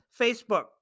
Facebook